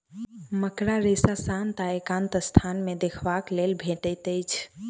मकड़ा रेशा शांत आ एकांत स्थान मे देखबाक लेल भेटैत अछि